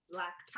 Black